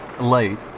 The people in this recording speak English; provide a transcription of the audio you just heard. late